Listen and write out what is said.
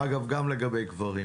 אגב, גם לגבי גברים.